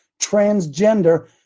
transgender